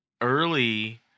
early